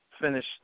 finish